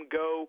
go